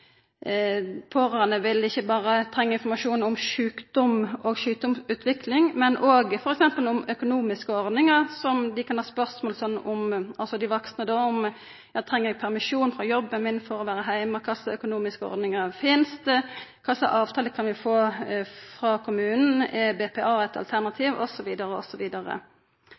pårørande vil ikkje berre trenga informasjon om sjukdom og sjukdomsutvikling, men òg f.eks. om økonomiske ordningar som dei kan ha spørsmål om: Eg treng permisjon frå jobben min for å vera heime, kva slags økonomiske ordningar finst? Og kva for avtalar kan vi få med kommunen? Er BPA eit alternativ?